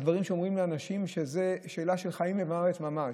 על דברים שאומרים לי אנשים שזאת שאלה של חיים ומוות ממש.